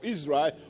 Israel